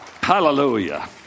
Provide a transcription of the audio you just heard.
Hallelujah